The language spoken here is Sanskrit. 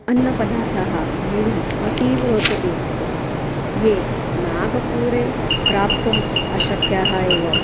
अन्नपदार्थाः मह्यम् अतीव रोचते ये नागपुरे प्राप्तुम् अशक्याः एव